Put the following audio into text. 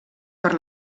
per